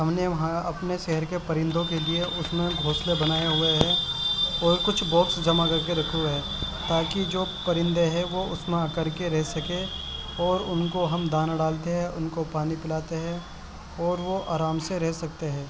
ہم نے وہاں اپنے شہر کے پرندوں کے لیے اس میں گھونسلے بنائے ہوے ہیں اور کچھ باکس جمع کر کے رکھے ہوے ہیں تاکہ جو پرندے ہیں اس میں آ کر کے رہ سکیں اور ان کو ہم دانا ڈالتے ہیں ان کو پانی پلاتے ہیں اور وہ آرام سے رہ سکتے ہیں